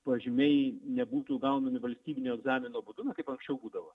pažymiai nebūtų gaunami valstybinio egzamino būdu na kaip anksčiau būdavo